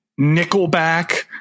Nickelback